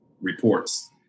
reports